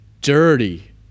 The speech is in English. dirty